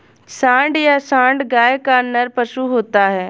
सांड या साँड़ गाय का नर पशु होता है